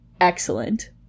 excellent